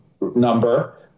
number